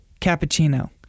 cappuccino